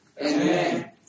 amen